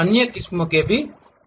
अन्य किस्में के भी हैं